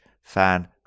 fan